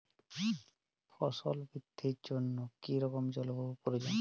ফসল বৃদ্ধির জন্য কী রকম জলবায়ু প্রয়োজন?